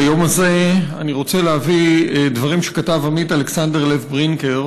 ביום הזה אני רוצה להביא דברים שכתב עמית אלכסנדר לב ברינקר,